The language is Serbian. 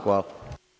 Hvala.